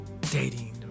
dating